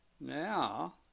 Now